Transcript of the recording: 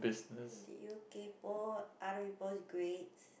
did you kaypoh other people's grades